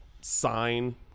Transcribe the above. sign-